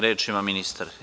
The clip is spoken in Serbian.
Reč ima ministar.